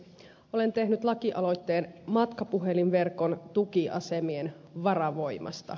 olen tehnyt lakialoitteen matkapuhelinverkon tukiasemien varavoimasta